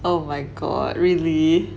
oh my god really